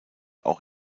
auch